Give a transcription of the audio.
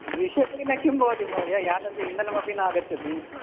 द्विशतेन किं भवति महोदय यानस्य इन्धनमपि नागच्छति